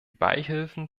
beihilfen